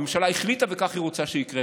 הממשלה החליטה וכך היא רוצה שיקרה,